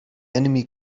enemy